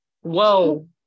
whoa